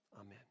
Amen